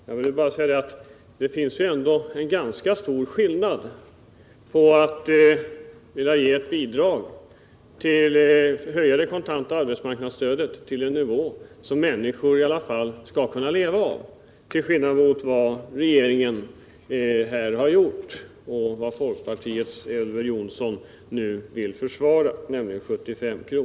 Jag vill bara säga att det finns en ganska stor skillnad mellan å ena sidan att vilja höja det kontanta arbetsmarknadsstödet till en nivå som innebär att människor i alla fall kan leva av det och å andra sidan vad regeringen har föreslagit och Elver Jonasson nu försvarar, nämligen 75 kr.